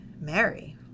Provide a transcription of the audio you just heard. Mary